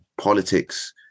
Politics